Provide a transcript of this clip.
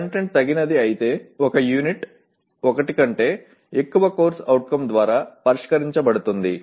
content తగినది అయితే ఒక యూనిట్ ఒకటి కంటే ఎక్కువ CO ద్వారా పరిష్కరించబడుతుంది